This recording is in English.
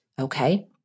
okay